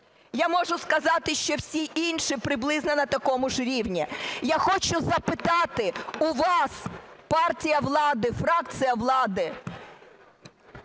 Я можу сказати, що всі інші приблизно на такому ж рівні. Я хочу запитати у вас, партія влади, фракція влади,